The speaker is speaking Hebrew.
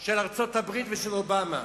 של ארצות-הברית ושל אובמה.